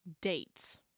dates